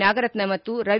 ನಾಗರತ್ನ ಮತ್ತು ರವಿ